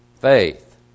faith